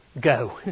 go